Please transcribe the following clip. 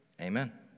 Amen